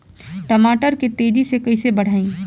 टमाटर के तेजी से कइसे बढ़ाई?